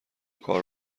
کار